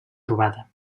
trobada